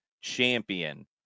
champion